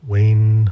Wayne